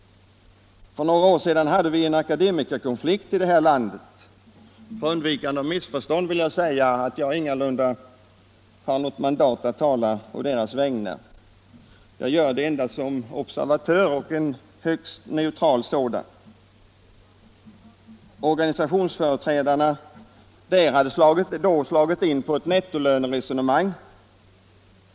För några år sedan hade vi en akademikerkonflikt i det här landet. För undvikande av missförstånd vill jag säga att jag ingalunda har något mandat att tala å de då inblandade parternas vägnar. Jag gör det endast som observatör och en högst neutral sådan. Organisationsföreträdarna hade då slagit in på ett nettolönsresonemang.